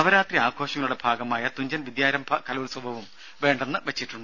നവരാത്രി ആഘോഷങ്ങളുടെ ഭാഗമായ തുഞ്ചൻ വിദ്യാരംഭ കലോത്സവവും വേണ്ടെന്നുവെച്ചു